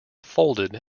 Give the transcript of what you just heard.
folded